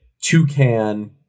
toucan